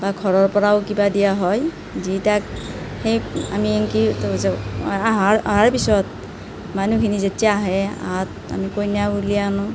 বা ঘৰৰপৰাও কিবা দিয়া হয় যি তাক সেই আমি এনেকৈ অহাৰ পিছত মানুহখিনি যেতিয়া আহে আমি কইনা উলিয়াই আনোঁ